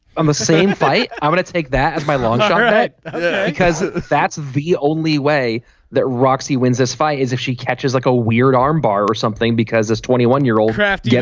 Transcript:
i'm the same fight. i want to take that as my long shot right because that's the only way that roxy wins this fight is if she catches like a weird arm bar or something because it's twenty one year old draft. yeah